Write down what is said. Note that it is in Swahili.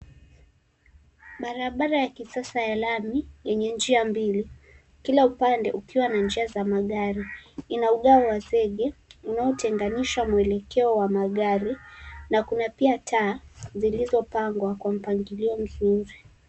Barabara ya kisasa ya lami, yenye njia mbili, kila upande ukiwa na njia za magari. Ina ugao wa zege, unaotenganisha mwelekeo wa magari na kuna pia taa zilizopangwa kwa mpangilio mzuri.